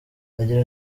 agira